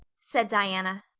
said diana.